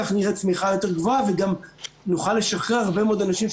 כך נראה צמיחה יותר גבוהה וגם נוכל לשחרר הרבה מאוד אנשים,